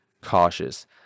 cautious